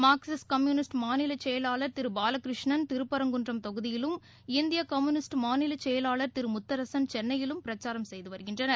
Marxist communist மாநில செயலாளர் திரு பாலகிருஷ்ணன் திருப்பரங்குன்றம் தொகுதியிலும் இந்திய கம்யூனிஸ்ட் மாநில செயலாளர் திரு முத்தரசன் சென்னையிலும் பிரச்சாரம் செய்து வருகின்றனர்